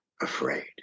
afraid